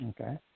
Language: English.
Okay